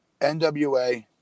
NWA